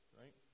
right